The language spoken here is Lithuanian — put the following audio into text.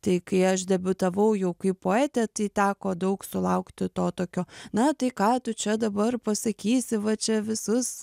tai kai aš debiutavau jau kaip poetė tai teko daug sulaukti to tokio na tai ką tu čia dabar pasakysi va čia visus